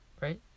right